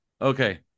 okay